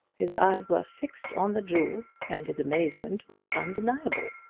his eyes were fixed on the jewels and his amazement was undeniable.